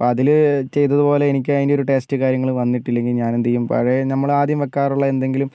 അപ്പോൾ അതിൽ ചെയ്തതുപോലെ എനിക്ക് അതിന്റെ ഒരു ടേസ്റ്റ് കാര്യങ്ങൾ വന്നിട്ടില്ലെങ്കിൽ ഞാൻ എന്തുചെയ്യും പഴയ നമ്മൾ ആദ്യം വയ്ക്കാറുള്ള എന്തെങ്കിലും